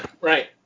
Right